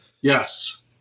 Yes